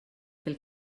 pel